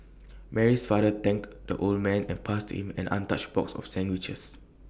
Mary's father thanked the old man and passed him an untouched box of sandwiches